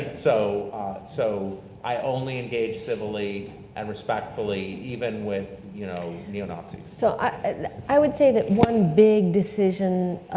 so so i only engage civilly and respectfully, even with, you know, neo-nazis. so i i would say that one big decision